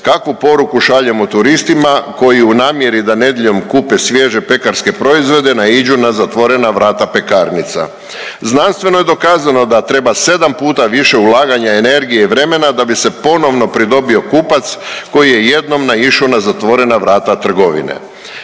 Kakvu poruku šaljemo turistima koji u namjeri da nedjeljom kupe svježe pekarske proizvode naiđu na zatvorena vrata pekarnica? Znanstveno je dokazano da treba 7 puta više ulaganja, energije i vremena da bi se ponovno pridobio kupac koji je jednom naišao na zatvorena vrata trgovine.